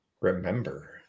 Remember